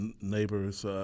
neighbors –